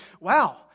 wow